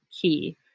key